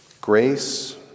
grace